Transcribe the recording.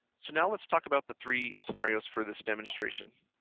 so, now let's talk about the three scenarios for this demonstration.